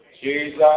Jesus